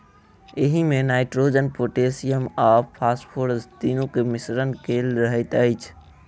एहिमे nitrogen, potassium आ phosphorus तीनूक मिश्रण कएल रहैत अछि